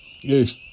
Yes